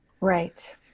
right